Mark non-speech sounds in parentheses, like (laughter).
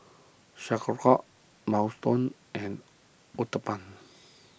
(unintelligible) Minestrone and Uthapam